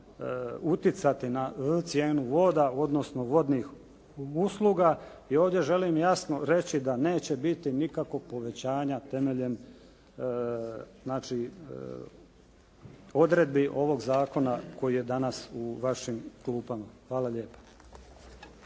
utjecati na cijenu voda odnosno vodnih usluga i ovdje želim jasno reći da neće biti nikakvog povećanja temeljem znači odredbi ovog zakona koji je danas u vašim klupama. Hvala lijepa.